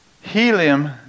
helium